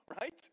right